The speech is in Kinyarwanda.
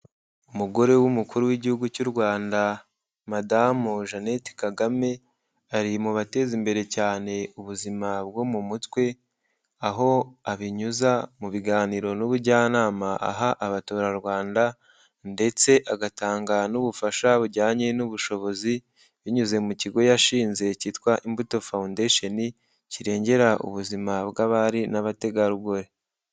Umugore w'Umukuru w'Igihugu cy'u Rwanda Madamu Jeannette Kagame, ari mu bateza imbere cyane ubuzima bwo mu mutwe, aho abinyuza mu biganiro n'ubujyanama aha abaturarwanda, ndetse agatanga n'ubufasha bujyanye n'ubushobozi, binyuze mu kigo yashinze cyitwa Imbuto Foundation, kirengera ubuzima bw'abari n'abategarugori.